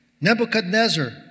Nebuchadnezzar